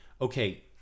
Okay